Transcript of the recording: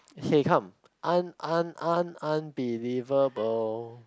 hey come un~ un~ un~ unbelievable